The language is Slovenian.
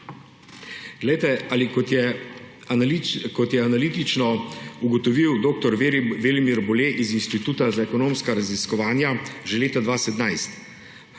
Sloveniji. Ali kot je analitično ugotovil dr. Velimir Bole iz Inštituta za ekonomska raziskovanja že leta 2017,